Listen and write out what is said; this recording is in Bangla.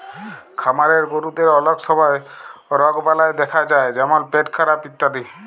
খামারের গরুদের অলক সময় রগবালাই দ্যাখা যায় যেমল পেটখারাপ ইত্যাদি